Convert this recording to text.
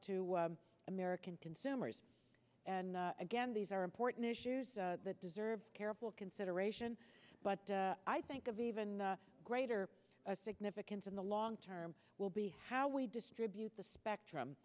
to american consumers and again these are important issues that deserve careful consideration but i think of even greater significance in the long term will be how we distribute the spectrum